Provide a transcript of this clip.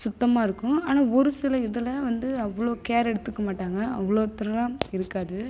சுத்தமாக இருக்கும் ஆனால் ஒரு சில இதில் வந்து அவ்வளோ கேர் எடுத்துக்க மாட்டாங்க அவ்வளோ இருக்காது